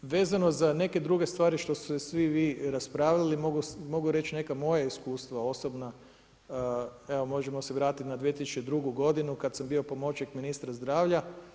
Vezano za neke druge stvari što ste svi vi raspravili mogu reći neka moja iskustva osobna, evo možemo se vratiti na 2002. godinu kad sam bio pomoćnik ministra zdravlja.